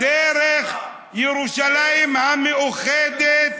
דרך ירושלים המאוחדת,